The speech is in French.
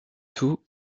tous